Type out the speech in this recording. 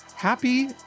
Happy